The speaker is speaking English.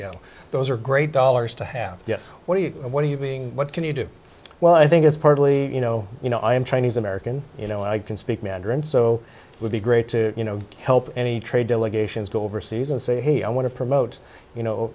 oh those are great dollars to have yes what are you what are you being what can you do well i think it's partly you know you know i am chinese american you know i can speak mandarin so it would be great to you know help any trade delegations go overseas and say hey i want to promote you know you